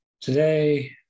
Today